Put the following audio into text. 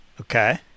Okay